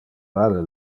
vale